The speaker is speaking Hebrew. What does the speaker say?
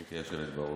גברתי היושבת-ראש,